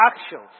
actions